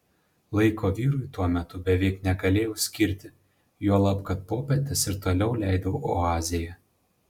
laiko vyrui tuo metu beveik negalėjau skirti juolab kad popietes ir toliau leidau oazėje